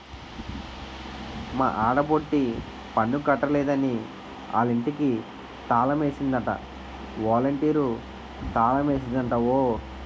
మా ఆడబొట్టి పన్ను కట్టలేదని ఆలింటికి తాలమేసిందట ఒలంటీరు తాలమేసిందట ఓ